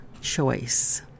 choice